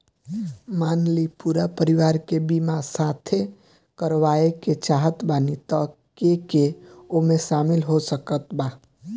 मान ली पूरा परिवार के बीमाँ साथे करवाए के चाहत बानी त के के ओमे शामिल हो सकत बा?